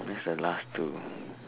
where's the last two